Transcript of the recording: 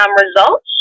results